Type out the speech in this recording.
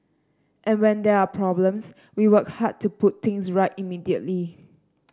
and when there are problems we work hard to put things right immediately